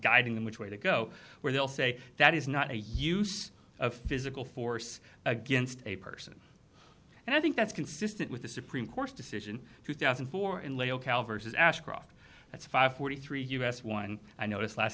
guiding them which way they go where they'll say that is not a use of physical force against a person and i think that's consistent with the supreme court's decision two thousand and four inlay ocal versus ashcroft that's five forty three us one i noticed last